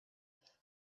knife